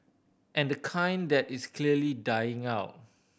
and the kind that is clearly dying out